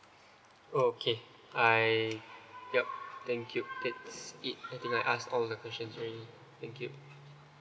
okay I yup thank you that's it I think I ask all the questions already thank you